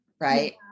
right